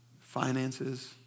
finances